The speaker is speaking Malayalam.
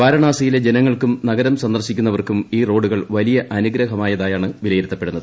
വാരണാസിയിലെ ജനങ്ങൾക്കും നഗരം സന്ദർശിക്കുന്നവർക്കും ഈ റോഡുകൾ വലിയ അനുഗ്രഹമായതാണ് വിലയിരുത്തിപ്പെടുന്നത്